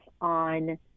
on